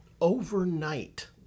Overnight